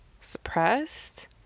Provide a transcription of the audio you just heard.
suppressed